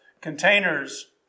containers